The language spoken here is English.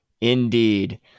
indeed